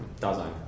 Dasein